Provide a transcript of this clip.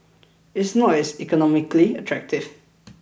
it's not as economically attractive